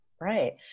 Right